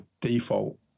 default